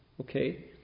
okay